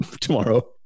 tomorrow